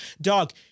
dog